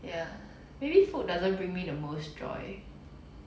ya maybe food doesn't bring me the most joy